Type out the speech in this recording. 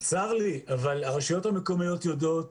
צר לי, אבל הרשויות המקומיות יודעות,